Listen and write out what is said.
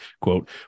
quote